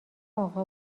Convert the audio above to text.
اقا